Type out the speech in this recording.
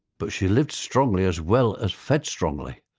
but she lived strongly, as well as fed strongly.